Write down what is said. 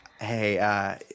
Hey